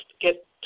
get